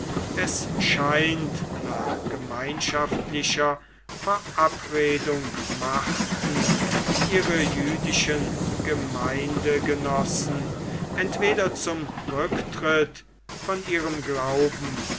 es scheint nach gemeinschaftlicher verabredung machten ihre jüdischen gemeindegenossen entweder zum rücktritt von ihrem glauben